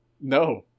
No